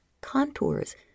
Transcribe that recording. contours